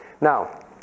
Now